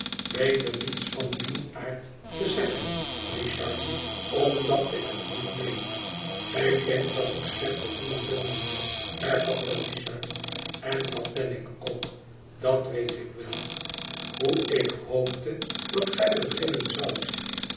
beter niets van dien aard te zeggen richard omdat ik het niet meen gij denkt dat ik slecht begonnen bon mijnheer hervatte richard en dat ben ik ook dat weet ik wel hoe ik hoopte dat gij beginnen zoudt